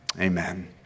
Amen